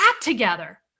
together